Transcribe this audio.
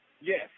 Yes